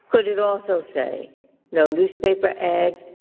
could it also say no newspaper ads,